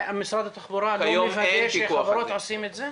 משרד התחבורה לא מוודא שבחברות עושים את זה?